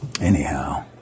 Anyhow